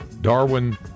Darwin